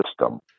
system